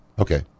Okay